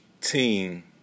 team